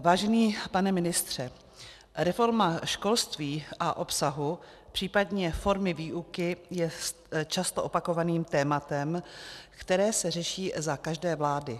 Vážený pane ministře, reforma školství a obsahu, případně formy výuky je často opakovaným tématem, které se řeší za každé vlády.